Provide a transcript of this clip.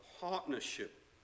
partnership